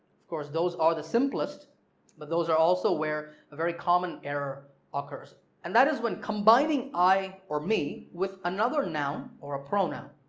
of course those are the simplest but those are also where a very common error occurs and that is when combining i or me with another noun or a pronoun.